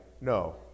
No